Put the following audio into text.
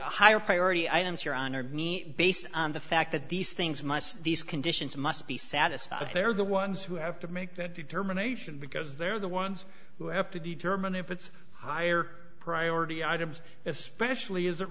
so higher priority items your honor need based on the fact that these things must these conditions must be satisfied they're the ones who have to make that determination because they're the ones who have to determine if it's higher priority items especially as it